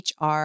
HR